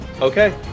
Okay